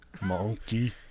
Monkey